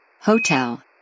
Hotel